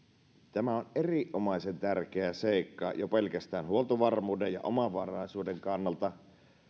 tämä on erinomaisen tärkeä seikka jo pelkästään huoltovarmuuden ja omavaraisuuden kannalta